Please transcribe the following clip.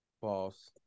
False